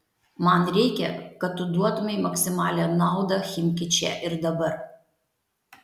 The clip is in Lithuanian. man reikia kad tu duotumei maksimalią naudą chimki čia ir dabar